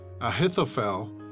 Ahithophel